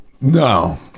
No